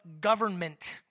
government